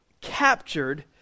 captured